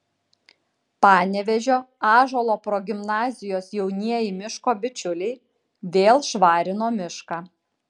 panevėžio ąžuolo progimnazijos jaunieji miško bičiuliai vėl švarino mišką